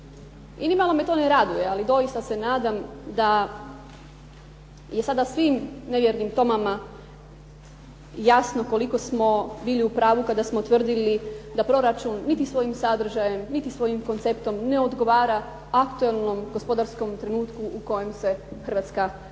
I nimalo me to ne raduje, ali doista se nadam da je sada svim nevjernim Tomama jasno koliko smo bili u pravu kada smo tvrdili da proračun niti svojim sadržajem, niti svojim konceptom, ne odgovara aktualnom gospodarskom trenutku u kojem se Hrvatska nalazi.